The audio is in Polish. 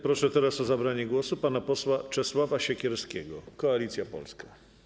Proszę teraz o zabranie głosu pana posła Czesława Siekierskiego, Koalicja Polska.